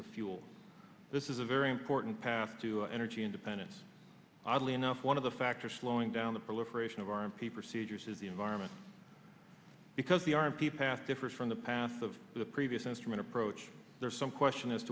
of fuel this is a very important path to energy independence oddly enough one of the factors slowing down the proliferation of r p procedure says the environment because the r p path differs from the path of the previous instrument approach there's some question as